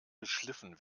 geschliffen